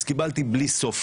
אז קיבלתי בלי סוף,